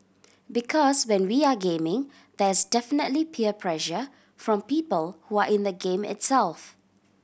because when we are gaming there is definitely peer pressure from people who are in the game itself